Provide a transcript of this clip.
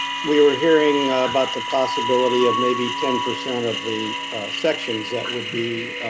we were hearing about the possibility of maybe ten percent of the sections that would be